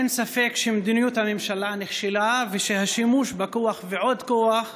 אין ספק שמדיניות הממשלה נכשלה ושהשימוש בכוח ועוד כוח